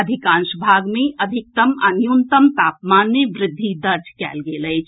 अधिकांश भाग मे अधिकतम आ न्यूनतम तापमान मे वृद्धि दर्ज कएल गेल अछि